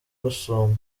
rusumo